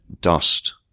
dust